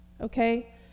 Okay